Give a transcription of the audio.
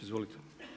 Izvolite.